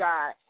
God